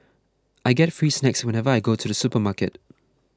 I get free snacks whenever I go to the supermarket